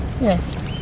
Yes